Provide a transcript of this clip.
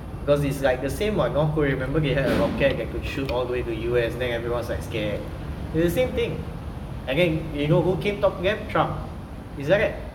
because it's like the same what north korea remember they had a rocket that could shoot all the way to U_S then everyone was like scared it's the same thing and then you know who came talking talk to them trump it's like that